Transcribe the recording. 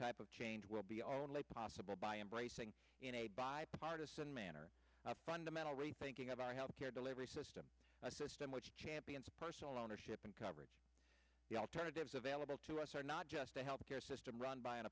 type of change will be only possible by embracing in a bipartisan manner a fundamental rethinking of our health care delivery system a system which champions personal ownership and coverage the alternatives available to us are not just a health care system run by an